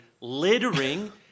littering